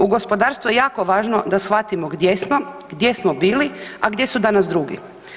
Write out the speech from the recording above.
U gospodarstvu je jako važno da shvatimo gdje smo, gdje smo bili, a gdje su danas drugi.